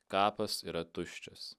kapas yra tuščias